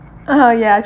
(uh huh) ya